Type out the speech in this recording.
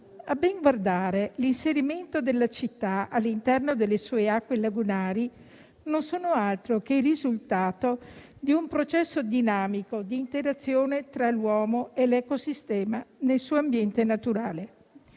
A ben guardare, l'inserimento della città all'interno delle sue acque lagunari non è altro che il risultato di un processo dinamico di interazione tra l'uomo e l'ecosistema nel suo ambiente naturale.